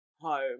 home